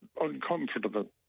uncomfortable